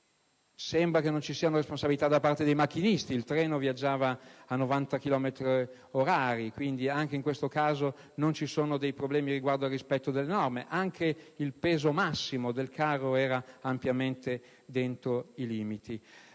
Sembra non ci siano responsabilità da parte dei macchinisti (il treno viaggiava a 90 chilometri orari), quindi anche in questo caso non ci sono problemi riguardo al rispetto delle norme. Anche il peso massimo del carro era ampiamente nei limiti.